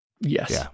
Yes